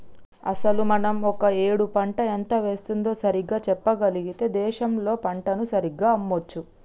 అసలు మనం ఒక ఏడు పంట ఎంత వేస్తుందో సరిగ్గా చెప్పగలిగితే దేశంలో పంటను సరిగ్గా అమ్మొచ్చు